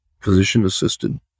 physician-assisted